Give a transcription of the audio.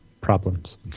problems